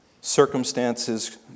Circumstances